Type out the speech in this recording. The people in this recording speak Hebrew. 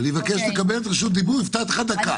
אני מבקש לקבל את רשות הדיבור, הבטחתי לך דקה.